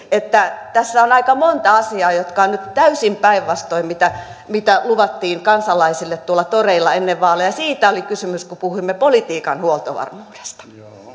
että tässä on aika monta asiaa jotka ovat nyt täysin päinvastoin kuin mitä luvattiin kansalaisille tuolla toreilla ennen vaaleja siitä oli kysymys kun puhuimme politiikan huoltovarmuudesta